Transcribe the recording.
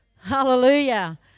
hallelujah